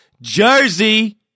Jersey